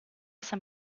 san